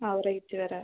ആ റേറ്റ് വരെ